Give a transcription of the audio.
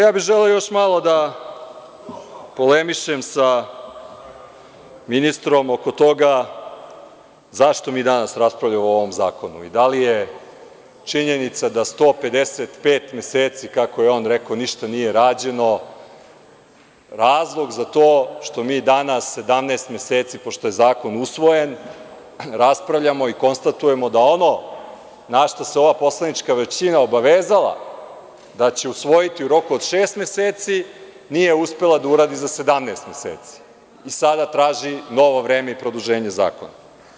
Ja bih želeo još malo da polemišem sa ministrom oko toga zašto mi danas raspravljamo o ovom zakonu i da li je činjenica da 155 meseci, kako je on rekao, ništa nije rađeno, razlog za to što mi danas 17 meseci, pošto je zakon usvojen, raspravljamo i konstatujemo da ono na šta se ova poslanička većina obavezala da će usvojiti u roku od šest meseci, nije uspela da uradi za 17 meseci i sada traži novo vreme i produženje zakona.